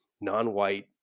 non-white